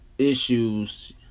issues